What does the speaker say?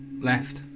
left